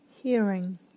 hearing